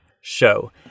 show